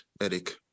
Eric